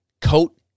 Coat